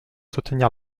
soutenir